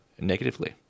negatively